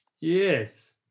Yes